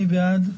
מי בעד?